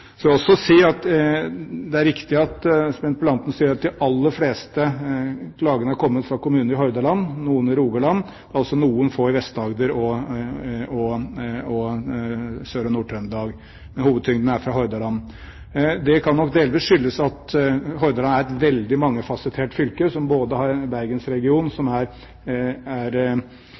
Så vil jeg også si at det er riktig, som interpellanten sier, at de aller fleste klagene kommer fra kommuner i Hordaland. Det er noen i Rogaland, og noen få i Vest-Agder og Sør- og Nord-Trøndelag, men hovedtyngden er fra Hordaland. Det kan nok delvis skyldes at Hordaland er et veldig mangefasettert fylke som både har Bergensregionen med et stort press og andre kommuner som